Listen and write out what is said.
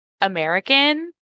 American